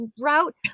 route